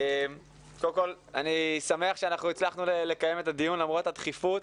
אני שמח שהצלחנו לקיים את הדיון למרות הדחיפות.